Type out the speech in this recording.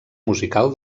musical